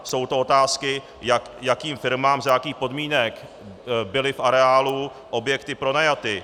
Jsou to otázky, jakým firmám, za jakých podmínek byly v areálu objekty pronajaty.